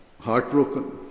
heartbroken